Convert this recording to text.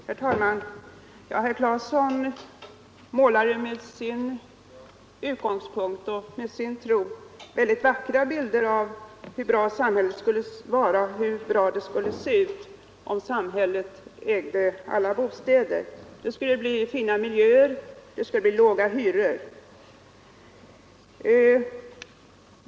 Herr talman! Herr Claeson målade med sin utgångspunkt och sin tro väldigt vackra bilder av hur bra det skulle vara om samhället ägde alla bostäder. Det skulle bli fina miljöer och låga hyror.